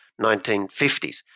1950s